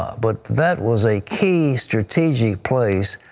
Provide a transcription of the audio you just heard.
but that was a key strategic place.